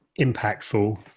impactful